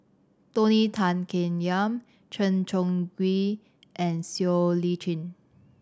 Tony Tan Keng Yam Chen Chong Swee and Siow Lee Chin